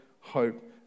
hope